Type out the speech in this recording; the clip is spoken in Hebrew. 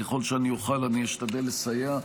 ככל שאני אוכל אני אשתדל לסייע,